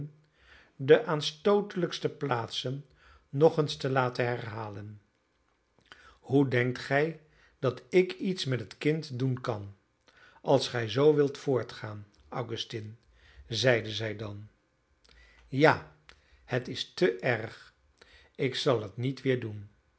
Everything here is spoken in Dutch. de aanstootelijkste plaatsen nog eens te laten herhalen hoe denkt gij dat ik iets met het kind doen kan als gij zoo wilt voortgaan augustine zeide zij dan ja het is te erg ik zal het niet weer doen